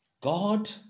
God